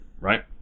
right